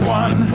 one